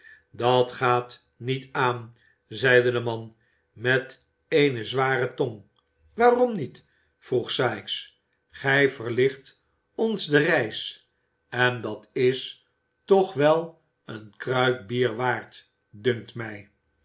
dat gaat niet aan zeide de man met eene zware tong waarom niet vroeg sikes gij verlicht ons de reis en dat is toch wel eene kruik bier waard dunkt mij